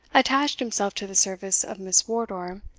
attached himself to the service of miss wardour,